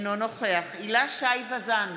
אינו נוכח הילה שי ווזאן,